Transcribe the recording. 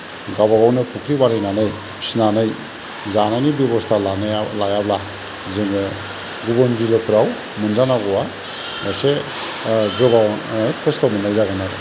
गावबा गावनो फुख्रि बानायनानै फिसिनानै जानायनि बेबस्ता लानायाव लायाब्ला जोङो गुबुन बिलोफोराव मोनजानांगौआ एसे गोबाव खस्त मोननाय जागोन आरो